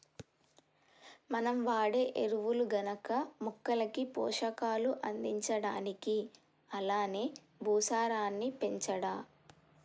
మనం వాడే ఎరువులు గనక మొక్కలకి పోషకాలు అందించడానికి అలానే భూసారాన్ని పెంచడా